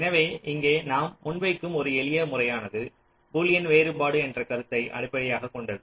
எனவே இங்கே நாம் முன்வைக்கும் ஒரு எளிய முறையானது பூலியன் வேறுபாடு என்ற கருத்தை அடிப்படையாகக் கொண்டது